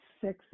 sexy